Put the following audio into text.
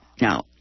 Now